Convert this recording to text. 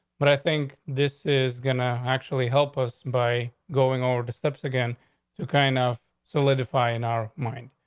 but i think this is gonna actually help us by going over the steps again to kind of solidify in our mind.